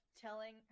telling